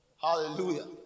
Hallelujah